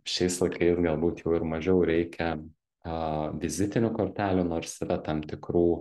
šiais laikais galbūt jau ir mažiau reikia a vizitinių kortelių nors yra tam tikrų